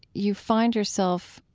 you find yourself,